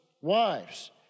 wives